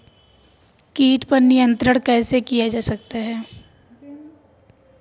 कीट पर नियंत्रण कैसे किया जा सकता है?